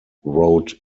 wrote